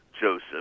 joseph